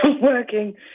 working